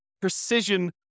precision